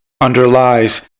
underlies